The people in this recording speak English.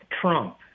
Trump